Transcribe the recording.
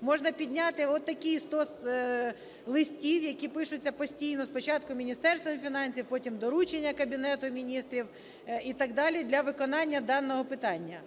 можна підняти отакий стос листів, які пишуться постійно спочатку Міністерством фінансів, потім доручення Кабінету Міністрів і так далі для виконання даного питання.